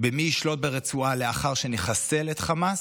במי ישלוט ברצועה לאחר שנחסל את חמאס,